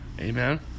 Amen